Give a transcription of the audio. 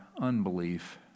unbelief